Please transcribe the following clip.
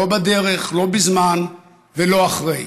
לא בדרך, לא בזמן ולא אחרי.